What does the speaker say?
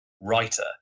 writer